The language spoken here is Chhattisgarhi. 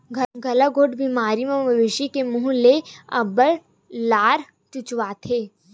गलाघोंट बेमारी म मवेशी के मूह ले अब्बड़ लार चुचवाथे